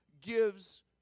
gives